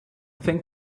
think